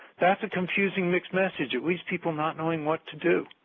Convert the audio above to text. that is a confusing, mixed message and leaves people not knowing what to do,